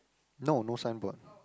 no no signboard